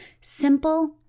simple